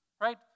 Right